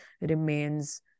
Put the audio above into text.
remains